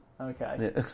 Okay